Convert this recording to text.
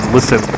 Listen